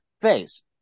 phase